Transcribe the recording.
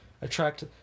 attract